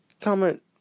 Comment